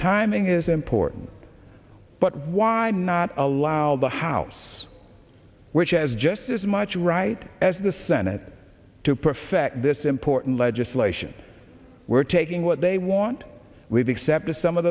timing is important but why not allow the house which has just as much right as the senate to perfect this important legislation we're taking what they want we've accepted some of